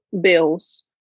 bills